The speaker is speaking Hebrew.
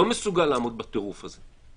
לא מסוגל לעמוד בטירוף הזה.